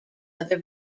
other